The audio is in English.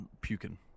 puking